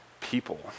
people